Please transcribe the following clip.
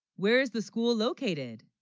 where is the school located